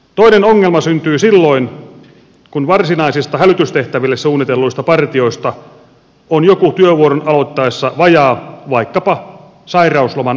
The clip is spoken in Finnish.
toinen ongelma syntyy silloin kun varsinaisista hälytystehtäviin suunnitelluista partioista on jokin työvuoron aloittaessa vajaa vaikkapa sairausloman vuoksi